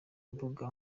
mbuga